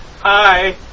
Hi